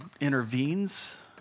intervenes